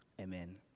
Amen